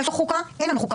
יש לנו חוקה, אין לנו חוקה.